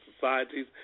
societies